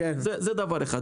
זה דבר אחד.